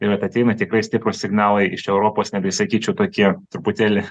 ir at ateina tikrai stiprūs signalai iš europos netgi sakyčiau tokie truputėlį